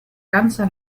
ganzer